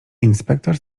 inspektor